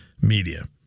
media